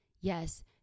Yes